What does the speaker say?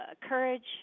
courage